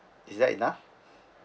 is that enough